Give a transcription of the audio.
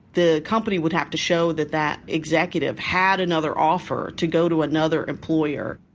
the company would have to show that that executive had another offer to go to another employer.